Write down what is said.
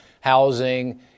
housing